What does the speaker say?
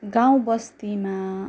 गाउँ बस्तीमा